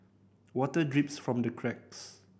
water drips from the cracks